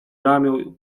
ramię